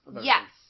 Yes